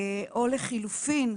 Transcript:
או לחילופין,